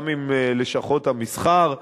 גם עם לשכות המסחר,